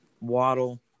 Waddle